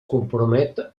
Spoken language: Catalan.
compromet